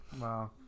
Wow